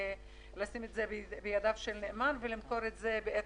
ולשים את זה בידיו של נאמן ולמכור את זה בעת